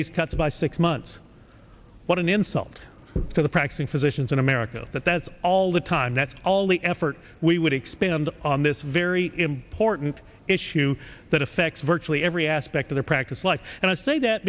these cuts by six months what an insult to the practicing physicians in america that that's all the time that's all the effort we would expand on this very important issue that affects virtually every aspect of their practice like and i say that